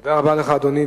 תודה רבה לך, אדוני.